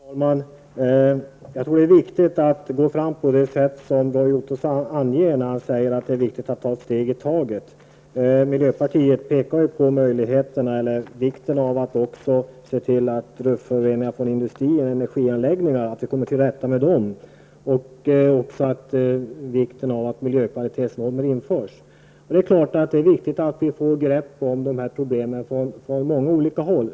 Herr talman! Jag tror att det är rätt att gå fram på det sätt som Roy Ottosson anger: Det är viktigt att ta ett steg i taget. Miljöpartiet pekar på vikten av att se till att vi också kommer till rätta med luftföroreningar från industri och energianläggningar och att miljökvalitetsnormer införs. Det är självfallet viktigt att vi får grepp om dessa problem från många olika håll.